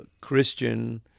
Christian